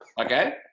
Okay